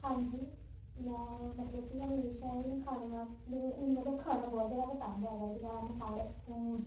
ਹਾਂਜੀ ਮੈਂ ਮਤਲਬ ਕਿ ਹਮੇਸ਼ਾ ਹੀ ਖਾਣੇ ਵਾਸ ਮੈਨ ਮੈਨੂੰ ਮਤਲਬ ਖਾਣਾ ਬਹੁਤ ਜ਼ਿਆਦਾ ਪਸੰਦ ਹੈਗਾ ਹੈ ਠੀਕ ਹੈ I am fond of food